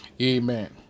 Amen